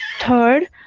Third